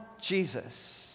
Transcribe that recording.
Jesus